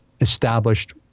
established